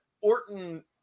orton